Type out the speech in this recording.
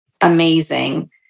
amazing